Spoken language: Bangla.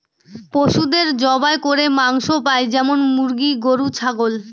পশুদের জবাই করে মাংস পাই যেমন মুরগি, গরু, ছাগল